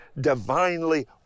divinely